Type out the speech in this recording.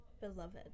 beloved